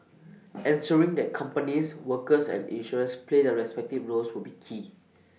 ensuring that companies workers and insurers play their respective roles will be key